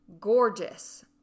gorgeous